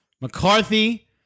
McCarthy